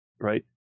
right